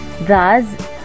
thus